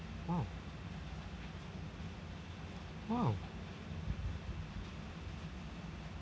!wow! !wow!